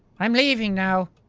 i'm leaving now